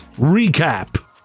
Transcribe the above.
Recap